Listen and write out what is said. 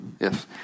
Yes